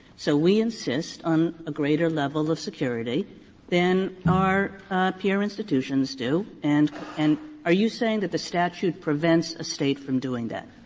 so we insist on a greater level of security than our peer institutions do. and and are you saying that the statute prevents a state from doing that?